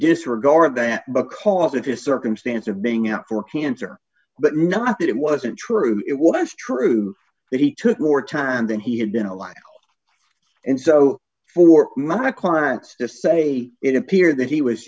disregard that because of his circumstance of being out for cancer but not that it wasn't true it was true that he took more time than he had been alive and so for my clients to say it appeared that he was